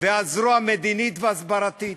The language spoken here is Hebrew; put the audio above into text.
והזרוע המדינית וההסברתית.